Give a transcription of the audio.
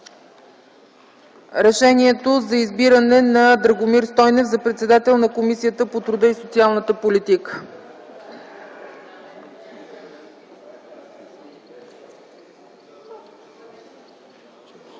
решението за избиране на Драгомир Стойнев за председател на Комисията по труда и социалната политика.